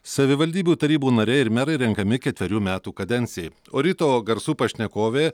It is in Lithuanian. savivaldybių tarybų nariai ir merai renkami ketverių metų kadencijai o ryto garsų pašnekovė